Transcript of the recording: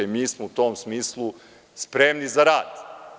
Mi smo u tom smislu spremni za rad.